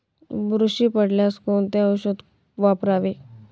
बुरशी पडल्यास कोणते औषध वापरावे?